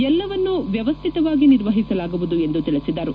ಎಲ್ಲವನ್ನು ವ್ಠವಸ್ಥಿತವಾಗಿ ನಿರ್ವಹಿಸಲಾಗುವುದು ಎಂದು ತಿಳಿಸಿದರು